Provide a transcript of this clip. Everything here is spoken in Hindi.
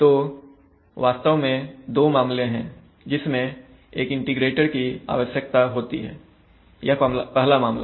तो वास्तव में दो मामले हैं जिसमें एक इंटीग्रेटर की आवश्यकता होती है यह पहला मामला है